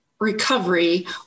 Recovery